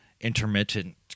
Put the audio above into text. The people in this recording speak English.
intermittent